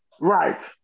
right